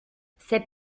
ces